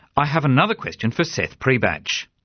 i have another question for seth priebatsch.